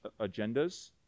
agendas